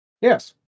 Yes